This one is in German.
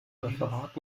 referat